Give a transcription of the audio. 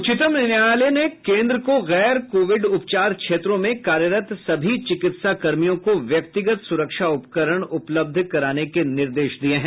उच्चतम न्यायालय ने केन्द्र को गैर कोविड उपचार क्षेत्रों में कार्यरत सभी चिकित्सा कर्मियों को व्यक्तिगत सुरक्षा उपकरण उपलब्ध कराने के निर्देश दिये है